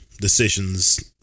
decisions